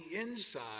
inside